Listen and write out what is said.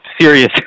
serious